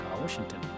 Washington